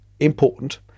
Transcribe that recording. important